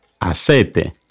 Aceite